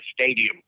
stadium